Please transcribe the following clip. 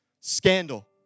Scandal